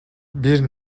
bir